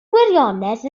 gwirionedd